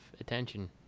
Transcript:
attention